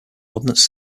ordnance